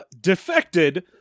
defected